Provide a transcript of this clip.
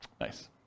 Nice